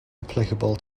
applicable